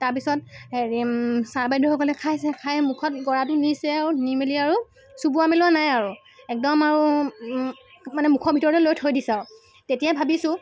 তাৰপিছত হেৰি ছাৰ বাইদেউসকলে খাইছে খাই মুখত গৰাহটো নিছে আৰু নি মেলি আৰু চোবোৱা মেলোৱা নাই আৰু একদম আৰু মানে মুখৰ ভিতৰতে লৈ থৈ দিছে আৰু তেতিয়াই ভাবিছোঁ